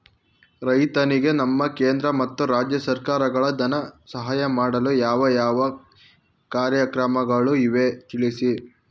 ರೈತರಿಗೆ ನಮ್ಮ ಕೇಂದ್ರ ಮತ್ತು ರಾಜ್ಯ ಸರ್ಕಾರಗಳು ಧನ ಸಹಾಯ ಮಾಡಲು ಯಾವ ಯಾವ ಕಾರ್ಯಕ್ರಮಗಳು ಇವೆ ತಿಳಿಸಿ?